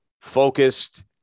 focused